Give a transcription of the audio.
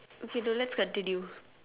okay no let's continue